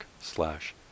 slash